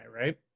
right